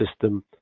system